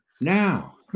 Now